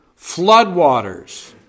floodwaters